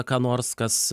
ką nors kas